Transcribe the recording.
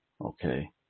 okay